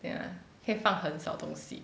ya 可以放很少东西